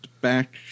back